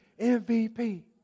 MVP